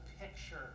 picture